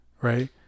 right